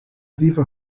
viva